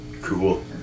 Cool